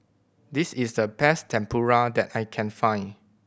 this is the best Tempura that I can find